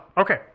Okay